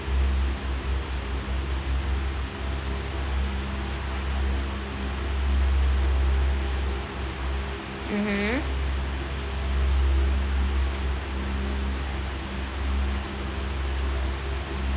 mmhmm